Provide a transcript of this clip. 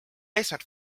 eesmärk